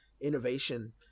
innovation